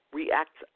react